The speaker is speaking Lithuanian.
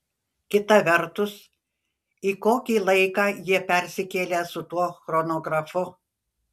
kita vertus į kokį laiką jie persikėlė su tuo chronografu